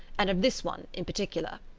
and of this one in particular.